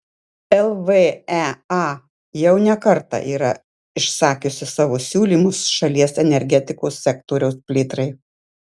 lvea jau ne kartą yra išsakiusi savo siūlymus šalies energetikos sektoriaus plėtrai